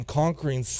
conquering